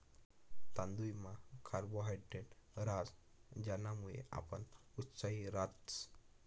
तांदुयमा कार्बोहायड्रेट रहास ज्यानामुये आपण उत्साही रातस